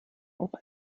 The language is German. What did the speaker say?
auch